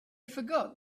forgot